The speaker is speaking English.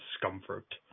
discomfort